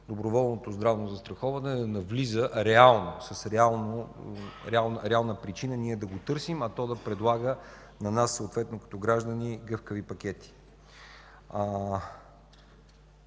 доброволното здравно застраховане да навлиза с реална причина ние да го търсим, а то да предлага на нас като граждани гъвкави пакети.